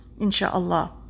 insha'Allah